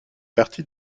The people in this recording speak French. partie